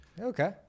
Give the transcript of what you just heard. Okay